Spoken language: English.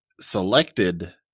selected